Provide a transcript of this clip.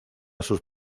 sus